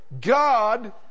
God